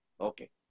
okay